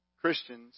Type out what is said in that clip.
Christians